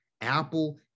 Apple